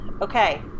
Okay